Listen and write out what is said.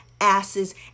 asses